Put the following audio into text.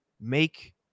make